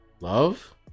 love